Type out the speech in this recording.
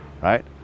right